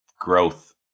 growth